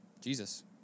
Jesus